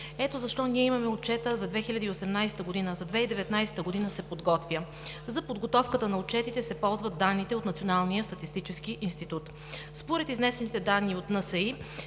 Ето защо имаме отчета за 2018 г., а 2019 г. се подготвя. За подготовката на отчетите се ползват данните от Националния статистически институт. Според изнесените данни от НСИ